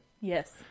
Yes